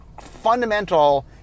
Fundamental